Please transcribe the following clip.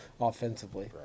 offensively